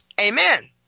Amen